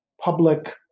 public